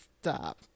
stop